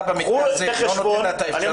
אתה במקרה הזה לא נותן לה אץ האפשרות,